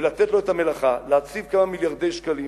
ולתת לו את המלאכה: להקציב כמה מיליארדי שקלים,